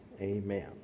Amen